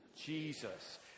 Jesus